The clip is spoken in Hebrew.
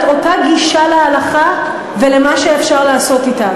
אותה גישה להלכה ולמה שאפשר לעשות אתה.